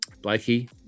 Blakey